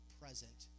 present